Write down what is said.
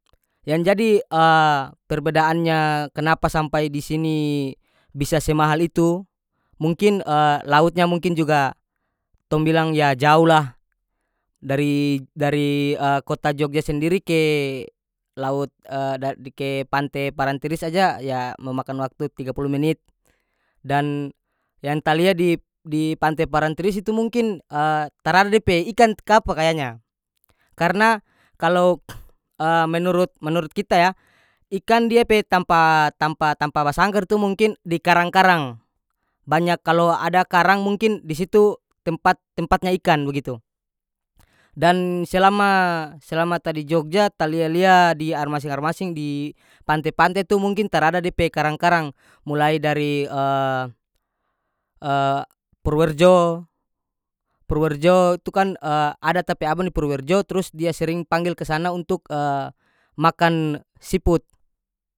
Yang jadi perbedaannya kenapa sampai di sini bisa semahal itu mungkin lautnya mungkin juga tong bilang ya jauh lah dar- dari kota jogja sendiri ke laut dari di ke pante parantiris aja ya memakan waktu tiga pulu menit dan yang ta lia di- di pante parantiris itu mungkin tarada dia pe ikan kapa kayanya karena kalo menurut- menurut kita yah ikan dia pe tampa tampa- tampa basanggar tu mungkin di karang-karang banyak kalo ada karang mungkin di situ tempat- tempatnya ikan bagitu dan selama- selama ta di jogja ta lia-lia di aer masing aer masing di pante-pante tu mungkin tarada dia pe karang-karang mulai dari purwerjo- purwerjo itu kan ada ta pe abang di purwerjo trus dia sering panggil kesana untuk makan siput.